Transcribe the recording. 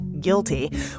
guilty